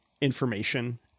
information